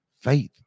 faith